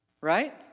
right